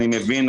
אני מבין,